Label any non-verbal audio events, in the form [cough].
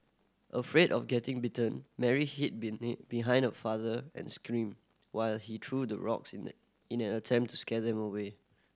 afraid of getting bitten Mary hid [unintelligible] behind her father and screamed while he threw the rocks in the in an attempt to scare them away